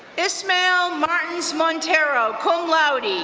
ishmael martins montero, cum laude,